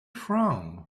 from